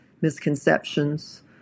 misconceptions